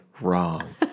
Wrong